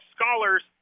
scholars